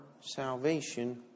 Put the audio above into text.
salvation